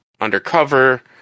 Undercover